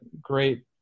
great